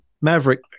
Maverick